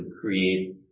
create